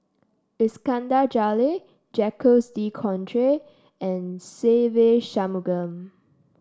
Iskandar Jalil Jacques De Coutre and Se Ve Shanmugam